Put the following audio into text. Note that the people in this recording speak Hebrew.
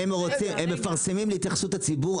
הם מפרסמים להתייחסות הציבור,